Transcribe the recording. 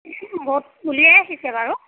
ৰ'দ উলিয়াই সিঁচে বাৰু